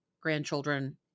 grandchildren